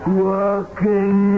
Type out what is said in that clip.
walking